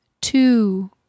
two